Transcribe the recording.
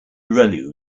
relu